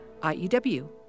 IEW